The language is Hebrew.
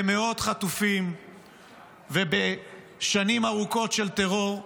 במאות חטופים ובשנים ארוכות של טרור.